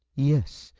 yes,